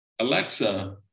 Alexa